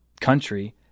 country